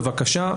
בבקשה,